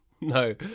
No